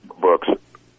books